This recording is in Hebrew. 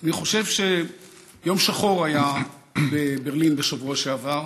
אני חושב שיום שחור היה בברלין בשבוע שעבר.